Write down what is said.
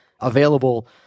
available